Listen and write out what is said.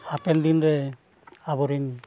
ᱦᱟᱯᱮᱱ ᱫᱤᱱ ᱨᱮ ᱟᱵᱚ ᱨᱮᱱ